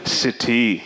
city